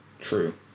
True